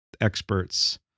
experts